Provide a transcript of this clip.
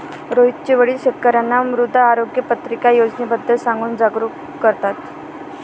रोहितचे वडील शेतकर्यांना मृदा आरोग्य पत्रिका योजनेबद्दल सांगून जागरूक करतात